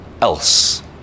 else